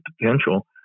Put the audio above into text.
potential